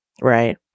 Right